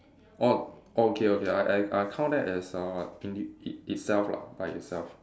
orh okay okay I I I count that as uh inde~ it itself lah by itself